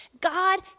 God